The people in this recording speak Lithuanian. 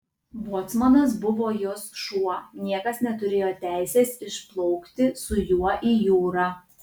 bocmanas buvo jos šuo niekas neturėjo teisės išplaukti su juo į jūrą